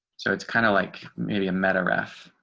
so it's kind of like maybe a meta ref,